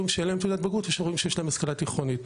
שאין להם תעודת בגרות ויש להם רק השכלה תיכונית,